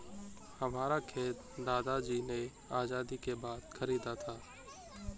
हमारा खेत दादाजी ने आजादी के बाद खरीदा था